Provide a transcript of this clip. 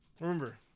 Remember